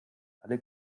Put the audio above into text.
alle